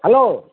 hello